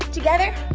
together,